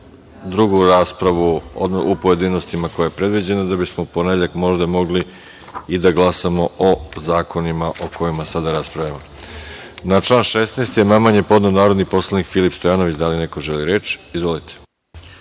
drugu raspravu u pojedinostima koje je predviđeno, da bismo u ponedeljak možda mogli i da glasamo o zakonima o kojima sada raspravljamo. Na član 16. amandman je podneo narodni poslanik Filip Stojanović. Da li neko želi reč? (Da.)Reč